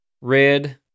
Red